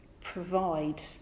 provide